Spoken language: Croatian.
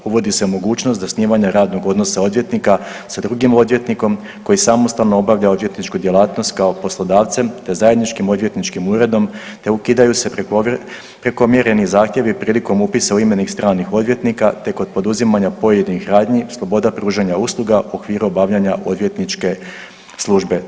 Uvodi se mogućnost zasnivanja radnog odnosa odvjetnika sa drugim odvjetnikom koji samostalno obavlja odvjetničku djelatnost kao poslodavcem te zajedničkim odvjetničkim uredom te ukidaju se prekomjereni zahtjevi prilikom upisa u imenik stranih odvjetnika te kod poduzimanja pojedinih radnji sloboda pružanja usluga u okviru obavljanja odvjetničke službe.